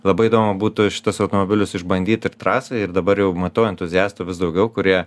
labai įdomu būtų šituos automobilius išbandyt ir trasoje ir dabar jau matau entuziastų vis daugiau kurie